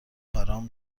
برام